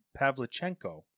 Pavlichenko